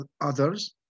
others